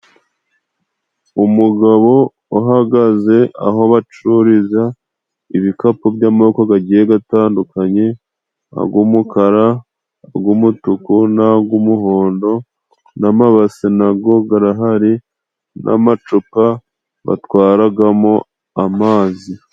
Umugabo uhagaze aho bacururiza ibikapu by'amoko gagiye gatandukanye, ag'umukara ag'umutuku nag'umuhondo, n'amabase nago garahari n'amacupa batwaragamo amazi.